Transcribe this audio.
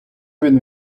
він